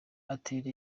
atera